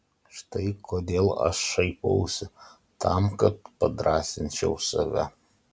štai kodėl aš šaipausi tam kad padrąsinčiau save